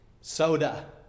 soda